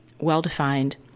well-defined